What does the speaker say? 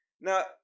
Now